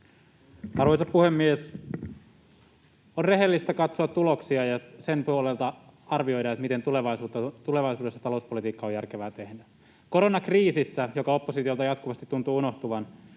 Arvoisa puhemies! On rehellistä katsoa tuloksia ja sen kannalta arvioida, miten tulevaisuudessa talouspolitiikkaa on järkevää tehdä. Koronakriisissä, joka oppositiolta jatkuvasti tuntuu unohtuvan,